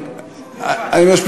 מעוות.